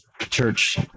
church